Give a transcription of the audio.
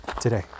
today